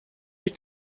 were